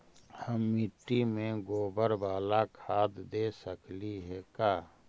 हम मिट्टी में गोबर बाला खाद दे सकली हे का?